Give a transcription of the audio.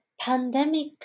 pandemic